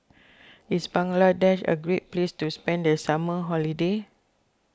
is Bangladesh a great place to spend the summer holiday